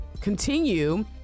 continue